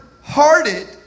hearted